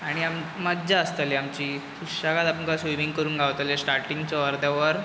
आनी आमी मज्जा आसताली आमची सुशेगाद आमकां स्विमींग करूंक गावतालें स्टार्टिंगाचो अर्दवर